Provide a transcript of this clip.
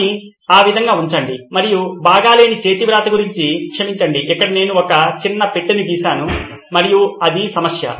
దానిని ఆ విధంగా ఉంచండి మరియు బాగాలేని చేతివ్రాత గురించి క్షమించండి ఇక్కడ నేను ఒక చిన్న పెట్టెను గీసాను మరియు అది సమస్య